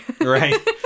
Right